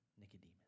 Nicodemus